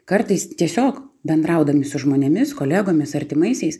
kartais tiesiog bendraudami su žmonėmis kolegomis artimaisiais